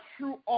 true